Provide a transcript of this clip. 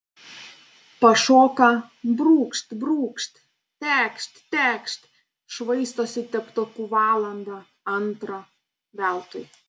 pašoka brūkšt brūkšt tekšt tekšt švaistosi teptuku valandą antrą veltui